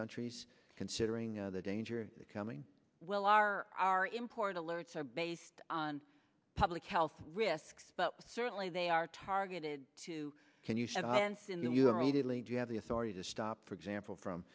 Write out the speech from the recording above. countries considering the danger coming well are are important lurch are based on public health risks but certainly they are targeted to can you say you have the authority to stop for example from